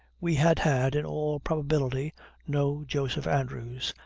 we had had in all probability no joseph andrews,